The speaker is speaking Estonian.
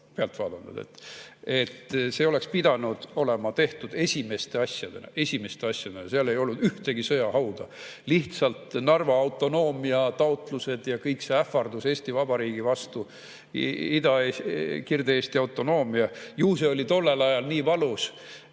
pealt vaadanud. See oleks pidanud olema tehtud esimeste asjadena. Esimeste asjadena! Seal ei olnud ühtegi sõjahauda. Lihtsalt Narva autonoomiataotlused ja kogu see ähvardus Eesti Vabariigi vastu, Ida- ja Kirde-Eesti autonoomia – ju see oli tollel ajal nii valus